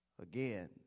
Again